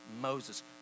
Moses